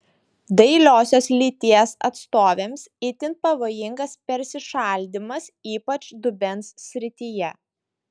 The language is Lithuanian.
dailiosios lyties atstovėms itin pavojingas persišaldymas ypač dubens srityje